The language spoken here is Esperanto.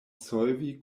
solvi